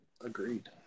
Agreed